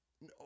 No